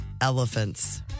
Elephants